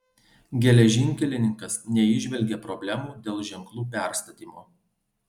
geležinkelininkas neįžvelgė problemų dėl ženklų perstatymo